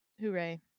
Hooray